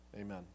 Amen